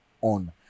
on